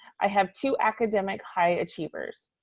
i have two academic high achievers.